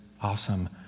awesome